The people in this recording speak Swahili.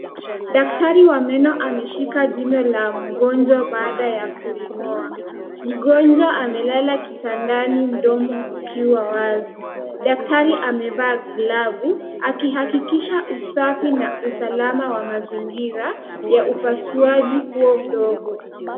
Daktari wa meno ameshika jino la mgonjwa baada ya kuling'oa. Mgonjwa amelala kitandani mkono ukiwa wazi. Daktari amevaa glavu akihakikisha usafi na usalama ya mazingira ya upasuaji huo mdogo.